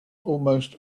almost